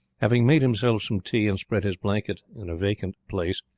having made himself some tea, and spread his blanket in a vacant place,